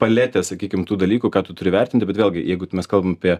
paletė sakykim tų dalykų ką tu turi vertinti bet vėlgi jeigu mes kalbam apie